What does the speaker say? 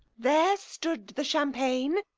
there stood the champagne,